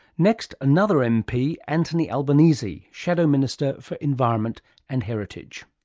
next another mp anthony albanese, shadow minister for environment and heritage.